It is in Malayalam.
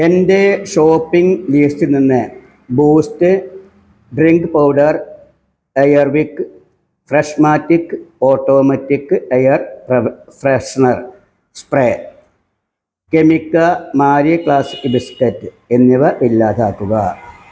എന്റെ ഷോപ്പിങ് ലീസ്റ്റ് നിന്ന് Boost drink powder Air Wick Freshmatic automatic air spray freshener spray Cremica Marie Classic biscuit എന്നിവ ഇല്ലാതാക്കുക